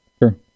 Sure